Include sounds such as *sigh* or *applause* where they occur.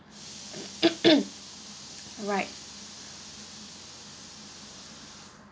*coughs* right